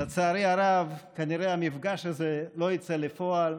לצערי הרב כנראה המפגש הזה לא יצא לפועל,